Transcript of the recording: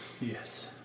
Yes